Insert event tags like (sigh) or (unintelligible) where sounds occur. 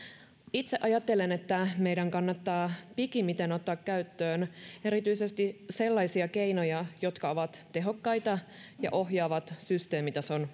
itse ajattelen että meidän kannattaa pikimmiten ottaa käyttöön erityisesti sellaisia keinoja jotka ovat tehokkaita ja ohjaavat systeemitason (unintelligible)